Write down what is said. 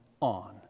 on